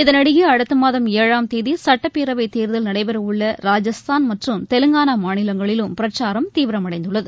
இதனிடையே அடுத்த மாதம் ஏழாம் தேதி சுட்டப்பேரவைத் தேர்தல் நடைபெறவுள்ள ராஜஸ்தான் மற்றும் தெலங்கானா மாநிலங்களிலும் பிரச்சாரம் தீவிரமடைந்துள்ளது